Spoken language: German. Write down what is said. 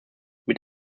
mit